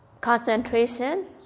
concentration